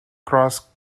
cross